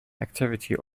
activity